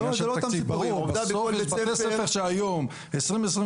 זה לא אותם סיפורים --- היום, ב-2023,